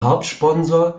hauptsponsor